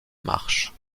marches